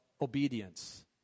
obedience